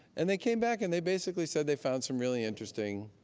and they came back, and they basically said they found some really interesting,